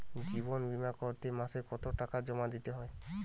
জীবন বিমা করতে মাসে কতো টাকা জমা দিতে হয়?